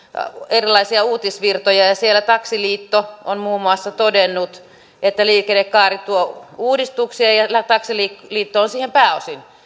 erilaisia uutisvirtoja ja siellä taksiliitto on muun muassa todennut että liikennekaari tuo uudistuksia ja ja taksiliitto on siihen pääosin